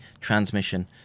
transmission